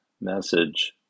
message